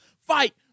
fight